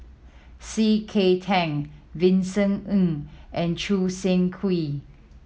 C K Tang Vincent Ng and Choo Seng Quee